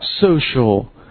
social